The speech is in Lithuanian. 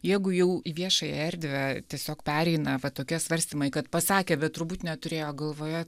jeigu jau į viešąją erdvę tiesiog pereina va tokie svarstymai kad pasakė bet turbūt neturėjo galvoje